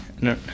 No